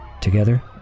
Together